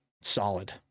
solid